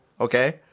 okay